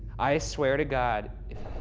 i swear to god.